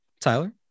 Tyler